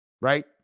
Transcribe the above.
Right